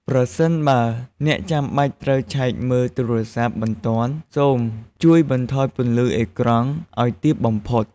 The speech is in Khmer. ប្រសិនបើអ្នកចាំបាច់ត្រូវឆែកមើលទូរស័ព្ទបន្ទាន់សូមចួយបន្ថយពន្លឺអេក្រង់អោយទាបបំផុត។